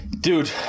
Dude